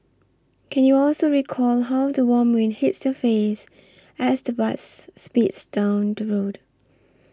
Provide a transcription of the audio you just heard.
can you also recall how the warm wind hits your face as the bus speeds down the road